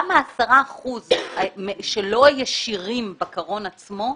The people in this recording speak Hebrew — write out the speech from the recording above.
ה-10 אחוזים שלא ישירים בקרון עצמו,